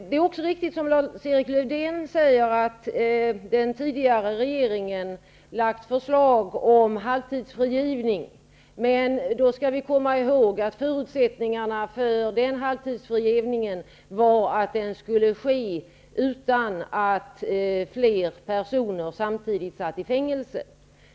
Det är också riktigt som Lars-Erik Lövdén säger att den tidigare regeringen lade fram förslag om halvtidsfrigivningen. Men vi skall då komma ihåg att förutsättningarna för den förändringen av halvtidsfrigivningen var att den skulle ske utan att fler personer samtidigt satt i fängelse.